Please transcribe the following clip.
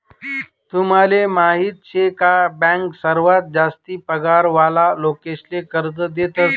तुमले माहीत शे का बँक सर्वात जास्ती पगार वाला लोकेसले कर्ज देतस